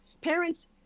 Parents